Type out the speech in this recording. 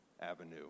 avenue